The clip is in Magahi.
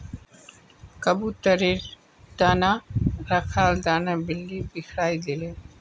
कबूतरेर त न रखाल दाना बिल्ली बिखरइ दिले